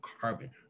carbon